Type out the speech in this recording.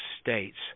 states